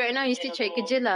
then also